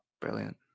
Brilliant